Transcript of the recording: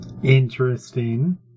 Interesting